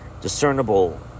discernible